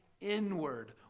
inward